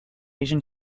asian